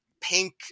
pink